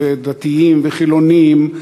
דתיים וחילונים.